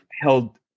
held